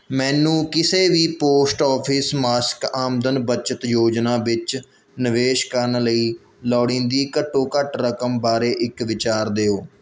ਮੈਨੂੰ ਕਿਸੇ ਵੀ ਪੋਸਟ ਔਫਿਸ ਮਾਸਿਕ ਆਮਦਨ ਬਚਤ ਯੋਜਨਾ ਵਿੱਚ ਨਿਵੇਸ਼ ਕਰਨ ਲਈ ਲੋੜੀਂਦੀ ਘੱਟੋ ਘੱਟ ਰਕਮ ਬਾਰੇ ਇੱਕ ਵਿਚਾਰ ਦਿਓ